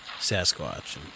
Sasquatch